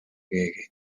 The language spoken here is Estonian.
keegi